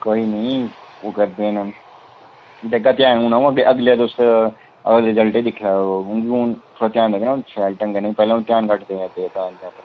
कोई निं ओह् करदे न देगा ते अ'ऊं अगले संडे गी दिक्खी लैओ तुस ते पैह्लें अ'ऊं ध्यान घट्ट देआ दा हा इं'दे पर